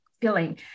feeling